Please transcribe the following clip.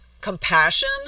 compassion